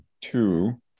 Two